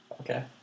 Okay